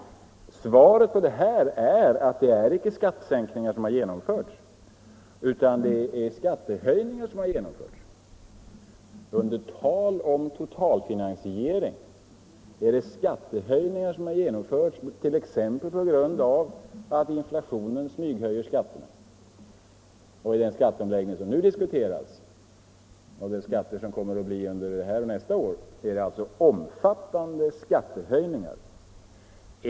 Svaret på detta är att det icke är skattesänkningar utan skattehöjningar som genomförts. Under tal om totalfinansiering är det skattehöjningar som genomförts, t.ex. på grund av att inflationen smyghöjer skatterna. I den skatteomläggning som nu diskuteras och med de skatter som det kommer att bli under detta och nästa år blir det omfattande skattehöjningar.